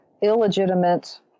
illegitimate